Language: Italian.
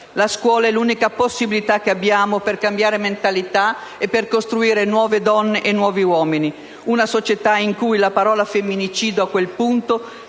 La scuola è l'unica possibilità che abbiamo per cambiare la mentalità e per costruire nuove donne e nuovi uomini; una società in cui la parola «femminicidio», a quel punto,